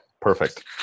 Perfect